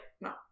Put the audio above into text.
no